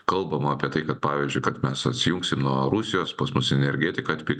kalbama apie tai kad pavyzdžiui kad mes atsijungsim nuo rusijos pas mus energetika